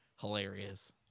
hilarious